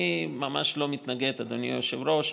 אני ממש לא מתנגד, אדוני היושב-ראש,